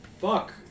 fuck